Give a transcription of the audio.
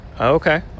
Okay